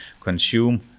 consume